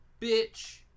bitch